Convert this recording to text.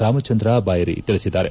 ರಾಮಚಂದ್ರ ಬಾಯರಿ ತಿಳಿಸಿದ್ದಾರೆ